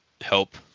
help